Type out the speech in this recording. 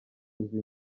izi